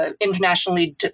internationally